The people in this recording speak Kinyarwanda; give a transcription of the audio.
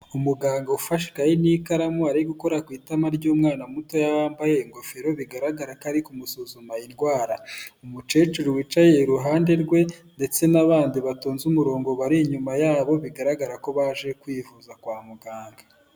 Umuganga ufashe ikayi n'ikaramu, ari gukora ku itama ry'umwana muto wambaye ingofero, bigaragara ko ari kumusuzuma indwara. Umucecuru wicaye iruhande rwe, ndetse n'abandi batonze umurongo, bari inyuma yabo, bigaragara ko baje kwivuza kwa muganga.